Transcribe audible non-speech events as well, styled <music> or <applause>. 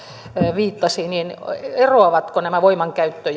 viittasi eroavatko nämä voimankäyttö <unintelligible>